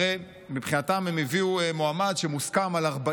הרי מבחינתם הם הביאו מועמד שמוסכם על 40